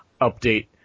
update